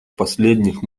последних